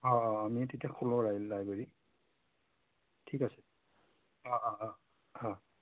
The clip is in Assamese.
অঁ অঁ অঁ আমি তেতিয়া খোলোঁ লাই লাইব্ৰেৰী ঠিক আছে অঁ অঁ অঁ অঁ